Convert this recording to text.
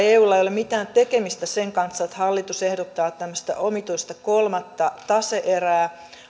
eulla ei ole mitään tekemistä sen kanssa että hallitus ehdottaa luontopalvelujen ja liiketalouspuolen väliin tämmöistä omituista kolmatta tase erää